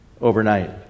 overnight